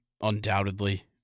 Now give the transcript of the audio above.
undoubtedly